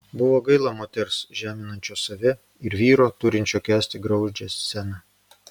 buvo gaila moters žeminančios save ir vyro turinčio kęsti graudžią sceną